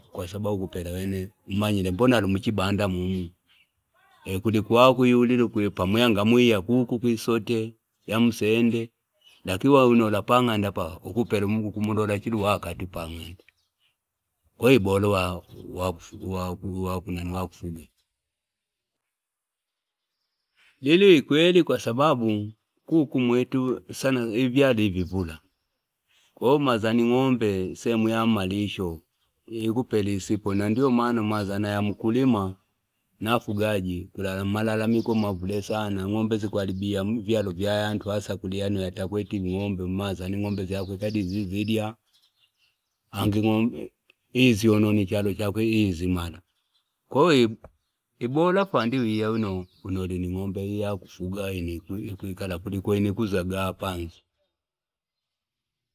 Kwa sababu akupela umanyile mbona ali muchaibanda mumu kuliko uwakunyulila pamwi yangamuizya kuko mwisote yamsende lakini wino alipanganda paa ukupela ukumlola chila uwakati pang'anda paa ukupela ukumlola chila uwakati pang'anda kwahiyo bora uwakufuga. Lilyo ikweli kwa sababu kuumwitu nyalo wivula kwahiyo umaza ing'ombe sehemu ya malisho ikupela isipo na ndio maana umazana yamkulima naafugaji kuli malalamiko mvule sana ing'ombe zakuharibia ivyalu ya yantu sana hasa kuli yano yatakweti ing'ombe izyonona ichalo chakwe izimala kwahiyo ibora fwandi wiya wino alini ing'ombe izyakufuga zino zikwila kuliko ino ikuzagaa panzi.